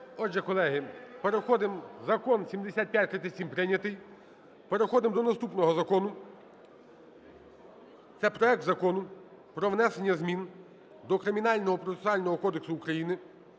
Отже, колеги, переходимо, Закон 7537 прийнятий, переходимо до наступного закону. Це проект Закону про внесення змін до Кримінального процесуального кодексу України